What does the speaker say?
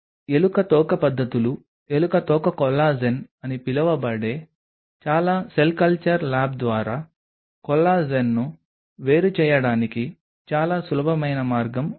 ఎలుక తోక పద్ధతులు ఎలుక తోక కొల్లాజెన్ అని పిలువబడే చాలా సెల్ కల్చర్ ల్యాబ్ ద్వారా కొల్లాజెన్ను వేరుచేయడానికి చాలా సులభమైన మార్గం ఉంది